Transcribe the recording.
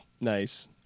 Nice